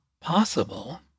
possible